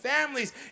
families